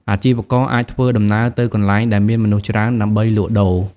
អាជីវករអាចធ្វើដំណើរទៅកន្លែងដែលមានមនុស្សច្រើន ដើម្បីលក់ដូរ។